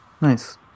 Nice